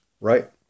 Right